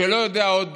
שלא יודע עוד